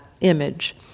image